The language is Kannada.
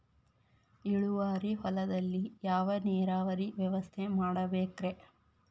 ಇಳುವಾರಿ ಹೊಲದಲ್ಲಿ ಯಾವ ನೇರಾವರಿ ವ್ಯವಸ್ಥೆ ಮಾಡಬೇಕ್ ರೇ?